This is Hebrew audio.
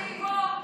בשביל זה אני פה.